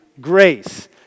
grace